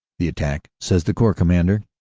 the attack, says the corps commander,